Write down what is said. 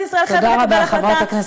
תודה רבה, חברת הכנסת